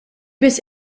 biss